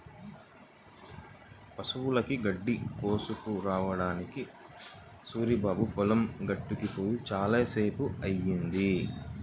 పశువులకి గడ్డి కోసుకురావడానికి సూరిబాబు పొలం గట్టుకి పొయ్యి చాలా సేపయ్యింది